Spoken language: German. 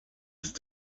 ist